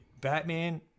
Batman